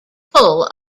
full